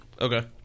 Okay